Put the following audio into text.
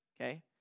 okay